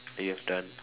that you have done